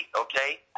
okay